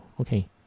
okay